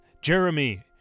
Jeremy